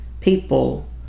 people